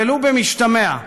ולו במשתמע,